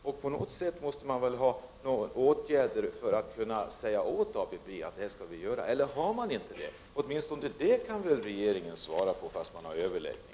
Regeringen måste väl ha några metoder för att kunna säga åt ABB vad som skall göras — eller har man inte det? Regeringen kan väl svara åtminstone på den frågan, trots att det pågår överläggningar.